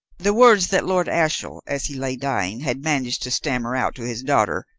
the words that lord ashiel, as he lay dying, had managed to stammer out to his daughter,